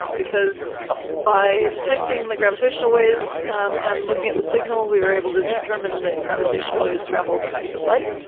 um because by detecting the gravitational waves um and looking at the signal we were able to determine that gravitational waves travel at the speed of light,